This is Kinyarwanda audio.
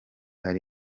ari